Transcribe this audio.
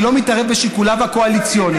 אני לא מתערב בשיקוליו הקואליציוניים,